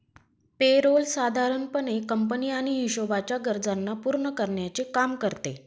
पे role साधारण पणे company आणि हिशोबाच्या गरजांना पूर्ण करण्याचे काम करते